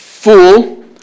Fool